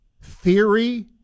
theory